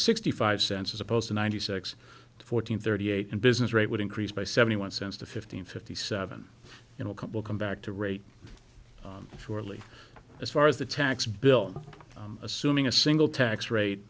sixty five cents as opposed to ninety six fourteen thirty eight and business rate would increase by seventy one cents to fifteen fifty seven in a couple come back to rate for lee as far as the tax bill assuming a single tax rate